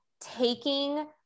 taking